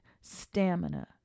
stamina